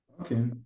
Okay